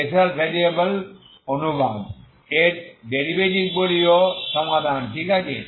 spatial variable অনুবাদ এর ডেরিভেটিভগুলিও সমাধান ঠিক আছে